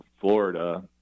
Florida